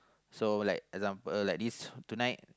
so like example like this tonight